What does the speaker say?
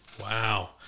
Wow